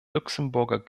luxemburger